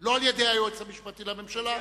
לא על-ידי היועץ המשפטי לממשלה.